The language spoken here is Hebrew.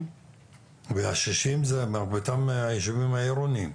וה-60, מרביתם יישובים עירוניים.